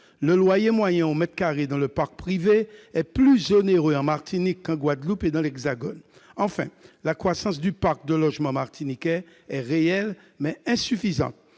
Le loyer moyen au mètre carré dans le parc privé est plus onéreux en Martinique qu'en Guadeloupe et dans l'Hexagone. Enfin, la croissance du parc de logements martiniquais est réelle, mais insuffisante.